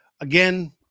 Again